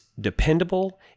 dependable